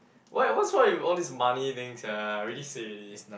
what what's with all this money thing sia I already say already